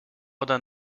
oder